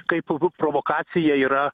kaip provokacija yra